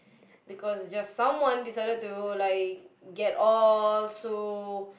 because just someone decided to get like all so